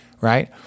right